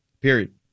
period